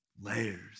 Layers